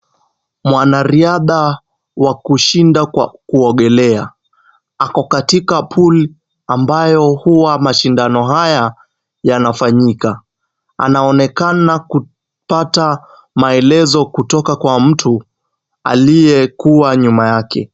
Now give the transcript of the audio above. Mwanariadha wa kushinda kwa kuogelea, ako katika pool ambayo mashindo haya yanafanyika, anaonekana kupata maelezo kutoka kwa mtu aliyekuwa nyuma yake.